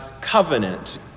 covenant